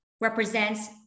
represents